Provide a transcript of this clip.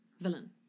villain